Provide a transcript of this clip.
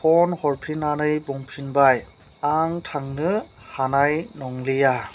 phone हरफिननानै बुंहरबाय आं थांनो हानाय नंलिया